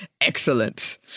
Excellent